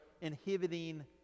inhibiting